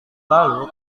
lalu